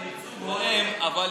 אבו